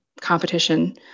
competition